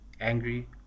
angry